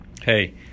Hey